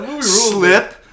Slip